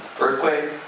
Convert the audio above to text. Earthquake